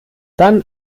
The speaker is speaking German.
dann